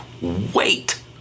Wait